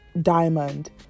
diamond